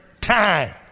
time